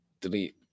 delete